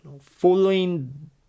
Following